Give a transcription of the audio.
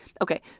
Okay